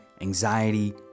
anxiety